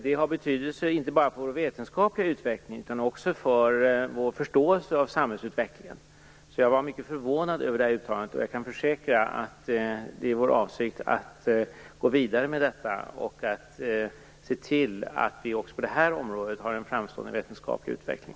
Det har betydelse inte bara för den vetenskapliga utvecklingen utan också för vår förståelse av samhällsutvecklingen. Jag var som sagt mycket förvånad över uttalandet, och jag kan försäkra att det är vår avsikt att gå vidare med detta och att se till att vi även på det här området får en framstående vetenskaplig utveckling.